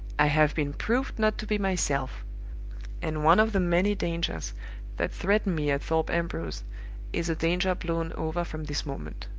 i have been proved not to be myself and one of the many dangers that threatened me at thorpe ambrose is a danger blown over from this moment.